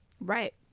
Right